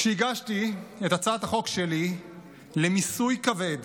כשהגשתי את הצעת החוק שלי למיסוי כבד